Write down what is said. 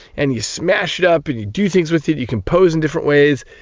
and you smash it up and you do things with it, you compose in different ways.